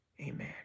amen